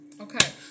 Okay